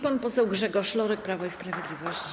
Pan poseł Grzegorz Lorek, Prawo i Sprawiedliwość.